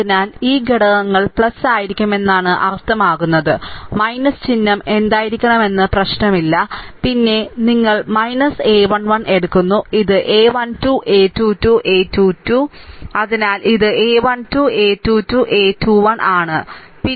അതിനാൽ ഈ ഘടകങ്ങൾ ആയിരിക്കുമെന്നാണ് അർത്ഥമാക്കുന്നത് ചിഹ്നം എന്തായിരിക്കണമെന്നത് പ്രശ്നമല്ല പിന്നെ നിങ്ങൾ a 1 1 എടുക്കുന്നു ഇത് a 1 2 a2 2 a 2 1 അതിനാൽ ഇത് a1 2 a 2 2 a 2 1 ആണ് ശരിയല്ലേ